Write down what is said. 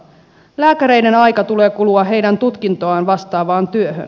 lääkäreiden ajan tulee kulua heidän tutkintoaan vastaavaan työhön